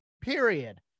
period